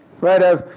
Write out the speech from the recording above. Right